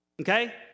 okay